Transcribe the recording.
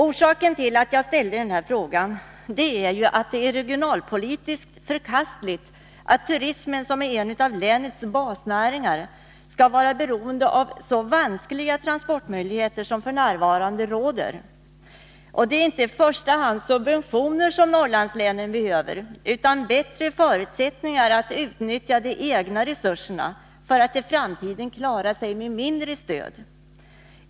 Orsaken till att jag ställt min fråga är att det regionalpolitiskt är förkastligt att turismen, som är en av länets basnäringar, skall vara beroende av så vanskliga transportmöjligheter som f. n. finns. Det är inte i första hand subventioner som Norrlandslänen behöver, utan det är bättre förutsättningar att utnyttja de egna resurserna för att i framtiden kunna klara sig med mindre stöd.